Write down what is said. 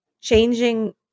changing